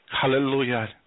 Hallelujah